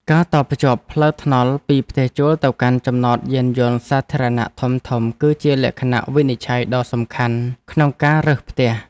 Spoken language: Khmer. ការតភ្ជាប់ផ្លូវថ្នល់ពីផ្ទះជួលទៅកាន់ចំណតយានយន្តសាធារណៈធំៗគឺជាលក្ខណៈវិនិច្ឆ័យដ៏សំខាន់ក្នុងការរើសផ្ទះ។